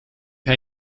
jij